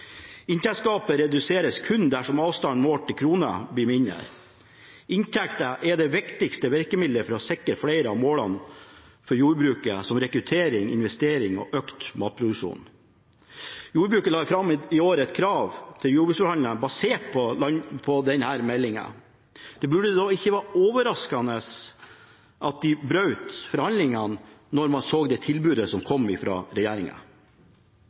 Inntektsgapet reduseres kun dersom avstanden målt i kroner blir mindre. Inntekt er det viktigste virkemidlet for å sikre flere av målene for jordbruket, som rekruttering, investeringer og økt matproduksjon. Jordbruket la i år fram et krav i jordbruksforhandlingene basert på denne meldingen. Det burde da ikke være overraskende at de brøt forhandlingene når man så det tilbudet som kom fra